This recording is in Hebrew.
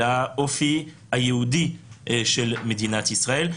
לאופי היהודי של מדינת ישראל.